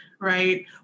right